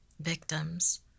victims